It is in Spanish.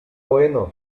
bueno